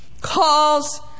calls